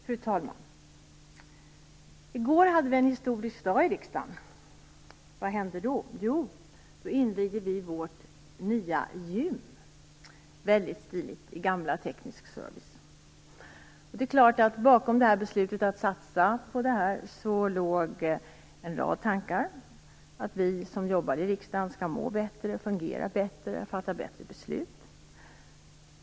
Fru talman! I går var det en historisk dag i riksdagen. Vad hände? Jo, vi invigde vårt nya gym. Det är väldigt stiligt, i gamla teknisk service. Bakom beslutet att satsa på detta låg naturligtvis en rad tankar, som att vi som arbetar i riksdagen skall må bättre, fungera bättre och fatta bättre beslut.